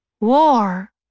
war